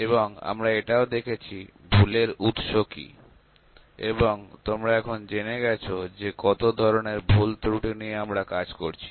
এবং আমরা এটাও দেখেছি ত্রুটির উৎস কি এবং তোমরা এখন জেনে গেছ যে কত ধরনের ভুল ত্রুটি নিয়ে আমরা কাজ করছি